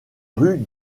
rues